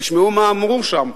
תשמעו מה אמרו שם.